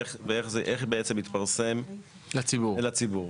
ואיך בעצם זה יתפרסם לציבור,